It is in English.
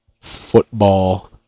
football